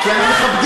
כי אנחנו מכבדים.